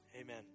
Amen